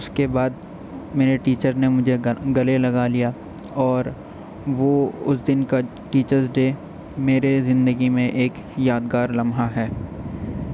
اس کے بعد میرے ٹیچر نے مجھے گر گلے لگا لیا اور وہ اس دن کا ٹیچرس ڈے میرے زندگی میں ایک یادگار لمحہ ہے